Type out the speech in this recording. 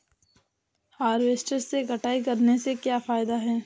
Harvester से कटाई करने से क्या फायदा है?